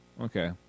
Okay